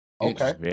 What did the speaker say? okay